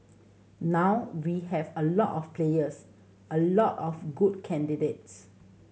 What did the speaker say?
now we have a lot of players a lot of good candidates